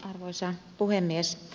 arvoisa puhemies